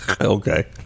Okay